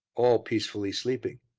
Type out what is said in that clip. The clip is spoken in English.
all peacefully sleeping.